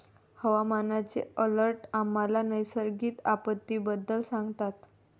हवामानाचे अलर्ट आम्हाला नैसर्गिक आपत्तींबद्दल सांगतात